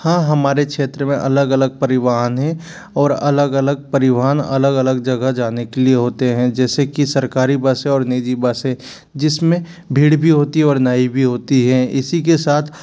हाँ हमारे क्षेत्र में अलग अलग परिवहन हैं और अलग अलग परिवहन अलग अलग जगह जाने के लिए होते हैं जैसे कि सरकारी बसें और निजी बसें जिसमें भीड़ भी होती है और नहीं भी होती हैं इसी के साथ